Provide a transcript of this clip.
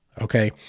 okay